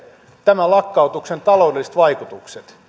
tämän lakkautuksen taloudelliset vaikutukset